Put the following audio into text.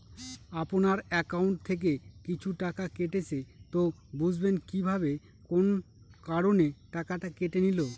আপনার একাউন্ট থেকে কিছু টাকা কেটেছে তো বুঝবেন কিভাবে কোন কারণে টাকাটা কেটে নিল?